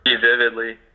vividly